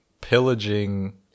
pillaging